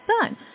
done